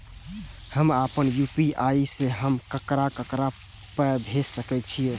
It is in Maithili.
हम आपन यू.पी.आई से हम ककरा ककरा पाय भेज सकै छीयै?